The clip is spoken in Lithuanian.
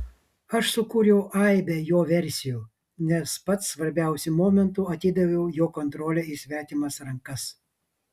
aš sukūriau aibę jo versijų nes pats svarbiausiu momentu atidaviau jo kontrolę į svetimas rankas